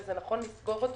ונכון להעביר אותו